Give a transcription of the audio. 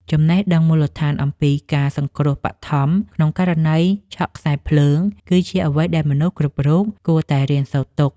ចំណេះដឹងមូលដ្ឋានអំពីការសង្គ្រោះបឋមក្នុងករណីឆក់ខ្សែភ្លើង គឺជាអ្វីដែលមនុស្សគ្រប់រូបគួរតែរៀនសូត្រទុក។